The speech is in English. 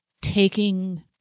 taking